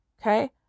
Okay